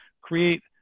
create